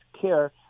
care